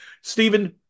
Stephen